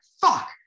fuck